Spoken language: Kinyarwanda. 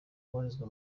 ubarizwa